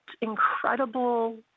incredible